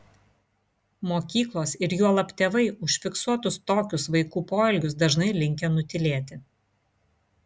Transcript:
mokyklos ir juolab tėvai užfiksuotus tokius vaikų poelgius dažnai linkę nutylėti